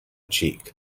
cheek